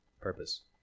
purpose